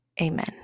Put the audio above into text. Amen